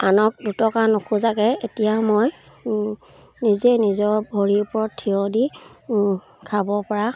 আনক দুটকা নোখোজাকৈ এতিয়া মই নিজে নিজৰ ভৰিৰ ওপৰত থিয় দি খাব পৰা